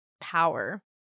power